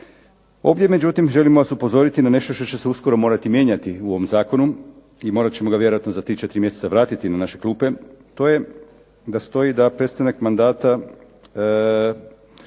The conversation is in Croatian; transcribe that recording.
Ovdje međutim želim vas upozoriti na nešto što će se uskoro morati mijenjati u ovom zakonu i morat ćemo ga vjerojatno za 3-4 mjeseca vratiti na naše klupe, to je da stoji da prestanak mandata